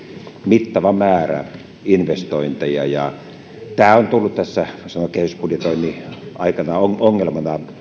mittava määrä investointeja tämä on tullut tässä voisi sanoa kehysbudjetoinnin aikana ongelmana